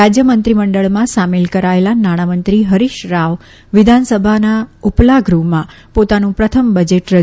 રાજ્ય મંત્રીમંડળમાં સામેલ કરાયેલા નાણામંત્રી હરીશ રાવ વિધાનસભાના ઉપલા ગૂહમાં પોતાનું પ્રથમ બજેટ રજૂ કરશે